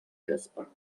jasper